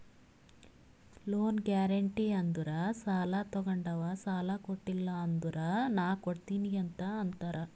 loan guarantee ಅಂದುರ್ ಸಾಲಾ ತೊಗೊಂಡಾವ್ ಸಾಲಾ ಕೊಟಿಲ್ಲ ಅಂದುರ್ ನಾ ಕೊಡ್ತೀನಿ ಅಂತ್ ಅಂತಾರ್